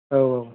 औ औ